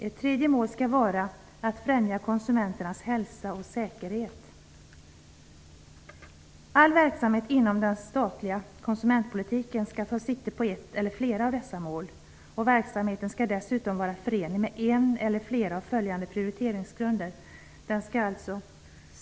Ett tredje mål skall vara att främja konsumenternas hälsa och säkerhet. All verksamhet inom den statliga konsumentpolitiken skall ta sikte på ett eller flera av dessa mål. Verksamheten skall dessutom vara förenlig med en eller flera av följande prioriteringsgrunder.